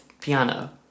piano